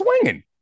swinging